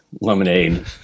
Lemonade